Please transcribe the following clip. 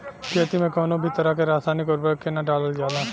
खेती में कउनो भी तरह के रासायनिक उर्वरक के ना डालल जाला